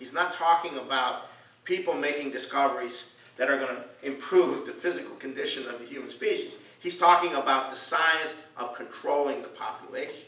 he's not talking about people making discoveries that are going to improve the physical condition of the human species he's talking about the science of controlling the population